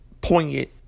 poignant